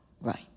Right